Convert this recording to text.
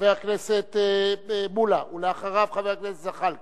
חבר הכנסת מולה, ואחריו, חבר הכנסת זחאלקה.